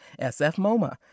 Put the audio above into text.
SFMOMA